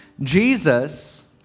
Jesus